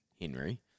Henry